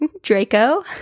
Draco